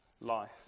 life